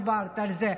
דיברת על זה,